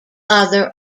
other